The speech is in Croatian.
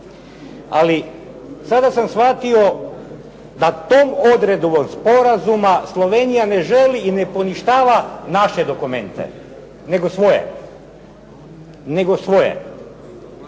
ali sada sam shvatio da tom odredbom sporazuma Slovenija ne želi i ne poništava naše dokumente nego svoje. 1998.